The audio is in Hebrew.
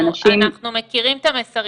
אנחנו מכירים את המסרים,